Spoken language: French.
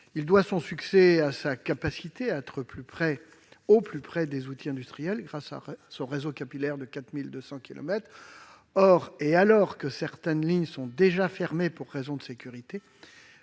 doit son succès à sa capacité à être au plus près des outils industriels grâce à son réseau capillaire de 4 200 kilomètres. Or, alors que certaines lignes sont déjà fermées pour des raisons de sécurité,